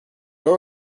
door